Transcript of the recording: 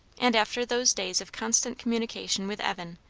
and after those days of constant communication with evan,